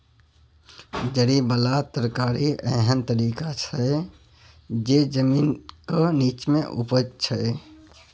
जरि बला तरकारी एहन तरकारी छै जे जमीनक नींच्चाँ उपजै छै